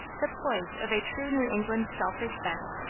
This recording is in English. the poise of a true new england self-respect,